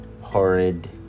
horrid